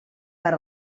per